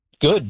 Good